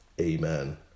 Amen